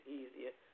easier